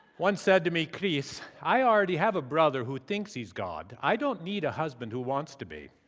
once said to me, chris, i already have a brother who thinks he's god. i don't need a husband who wants to be.